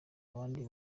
abandi